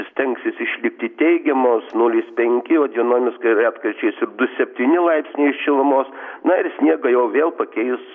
stengsis išlikti teigiamos nulis penki o dienomis kai retkarčiais ir du septyni laipsniai šilumos na ir sniegą jau vėl pakeis